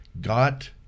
got